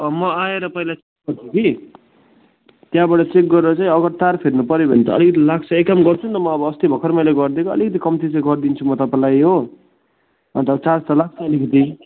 अँ म आएर पहिला कि त्यहाँबाट चेक गरेर चाहिँ अगर तार फेर्नु पर्यो भने त अलिकति लाग्छ एक काम गर्छु नि त म अब अस्ति भर्खर मैले गरिदिएको अलिकति कम्ती चाहिँ गरिदिन्छु म तपाईँलाई हो अन्त चार्ज त लाग्छ अलिकति